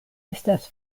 estas